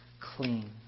clean